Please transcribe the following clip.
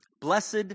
Blessed